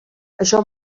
això